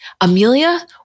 Amelia